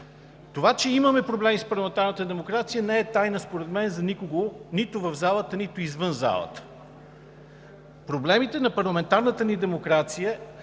Това, че имаме проблеми с парламентарната демокрация не е тайна според мен за никого нито в залата, нито извън нея. Проблемите на парламентарната ни демокрация